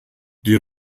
die